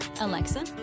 Alexa